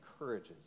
encourages